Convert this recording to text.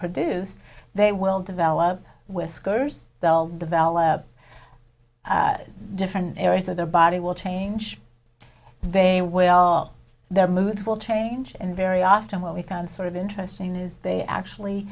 produce they will develop whiskers they'll develop different areas of their body will change they will their moods will change and very often what we found sort of interesting is they actually